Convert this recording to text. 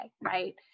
Right